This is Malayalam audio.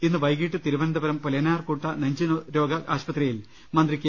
ഇന്ന് വൈകിട്ട് തിരുവനന്തപുരം പുലയനാർകോട്ട നെഞ്ചുരോഗ ആശുപത്രിയിൽ മന്ത്രി കെ